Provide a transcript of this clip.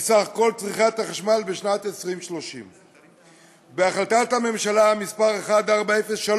מסך כל צריכת החשמל בשנת 2030. בהחלטת הממשלה מס' 1403,